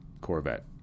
Corvette